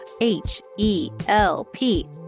H-E-L-P